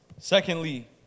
Secondly